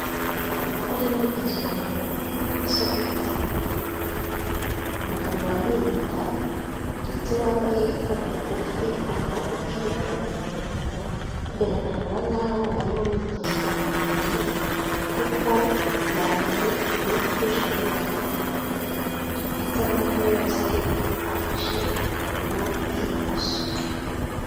Gukora imyitozo ngororamubiri ni isoko y'ubuzima bwiza. Umugabo wambaye impeta ndetse wambaye n'agakufi mu kaboko k'iburyo, biragaragara nk'aho ari mu myitozo ngororamubiri kuko yambaye imyenda ikoreshwa mu myitozo ngororamubiri, ndetse amaboko yose afashe ku kaguru k'ibumoso.